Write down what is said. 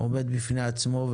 עומד בפני עצמו,